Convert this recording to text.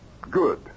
Good